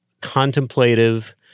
contemplative